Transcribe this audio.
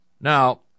Now